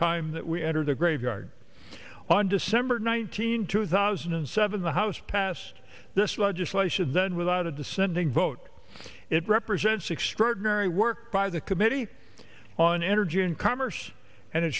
time that we enter the graveyard on december nineteenth two thousand and seven the house passed this legislation then without a dissenting vote it represents extraordinary work by the committee on energy and commerce and it